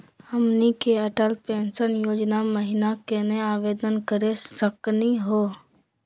हमनी के अटल पेंसन योजना महिना केना आवेदन करे सकनी हो?